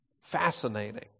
Fascinating